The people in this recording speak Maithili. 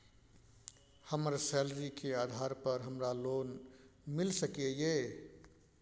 हमर सैलरी के आधार पर हमरा लोन मिल सके ये?